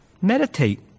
meditate